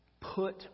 put